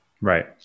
right